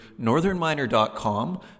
northernminer.com